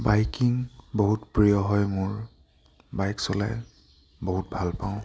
biking বহুত প্ৰিয় হয় মোৰ বাইক চলাই বহুত ভাল পাওঁ